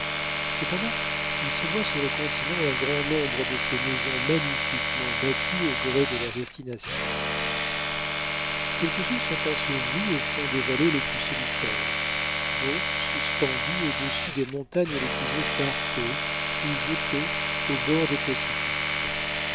cependant il se voit sur le continent un grand nombre de ces maisons magnifiquement bâties au gré de leur destination quelques-unes sont ensevelies au fond des vallées les plus solitaires d'autres suspendues au-dessus des montagnes les plus escarpées ou jetées au bord des précipices